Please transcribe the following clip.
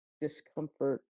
discomfort